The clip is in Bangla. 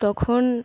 তখন